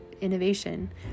innovation